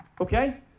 Okay